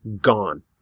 Gone